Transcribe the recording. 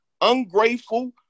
ungrateful